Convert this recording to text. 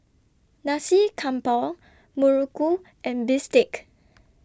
Nasi Campur Muruku and Bistake